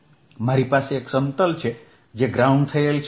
મારી પાસે એક સમતલ છે જે ગ્રાઉન્ડ થયેલ છે